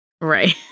right